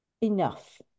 Enough